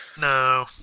No